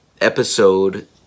episode